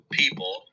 people